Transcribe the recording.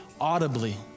audibly